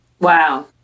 Wow